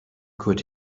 could